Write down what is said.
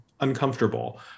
Uncomfortable